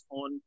on